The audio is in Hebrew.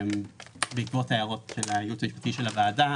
בעקבות הערות הייעוץ המשפטי של הוועדה,